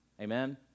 Amen